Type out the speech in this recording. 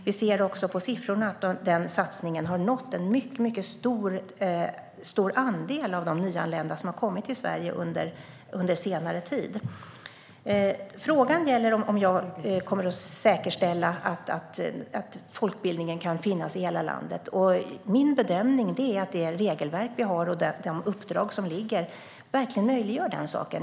Vi ser också på siffrorna att den satsningen har nått en mycket stor andel av de nyanlända som har kommit till Sverige på senare tid. Frågan gäller om jag kommer att säkerställa att folkbildningen kan finnas i hela landet, och min bedömning är att det regelverk vi har och de uppdrag som ligger verkligen möjliggör det.